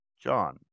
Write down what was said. John